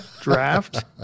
draft